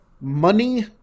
money